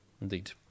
indeed